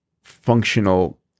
functional